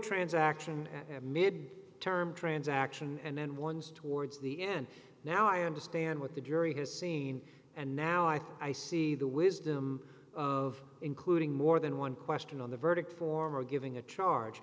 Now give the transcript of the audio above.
transaction mid term transaction and one's towards the end now i understand what the jury has seen and now i think i see the wisdom of including more than one question on the verdict form or giving a charge